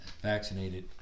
vaccinated